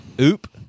oop